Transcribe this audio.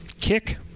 Kick